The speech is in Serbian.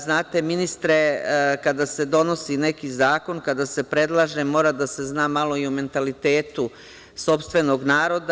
Znate, ministre, kada se donosi neki zakon, kada se predlaže mora da se zna malo i o mentalitetu sopstvenog naroda.